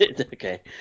Okay